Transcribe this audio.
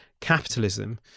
capitalism